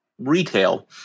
retail